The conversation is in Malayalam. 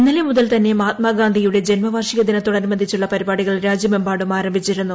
ഇന്നലെ മുതൽ തന്നെ മഹാത്മാഗാന്ധിയുടെ ജന്മവാർഷിക ദിനത്തോടനുബന്ധിച്ചുള്ള പരിപാടികൾ രാജ്യമെമ്പാടും ആരംഭിച്ചിരുന്നു